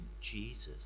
jesus